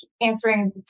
answering